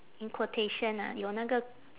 in quotation ah 有那个